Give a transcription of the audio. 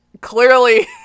clearly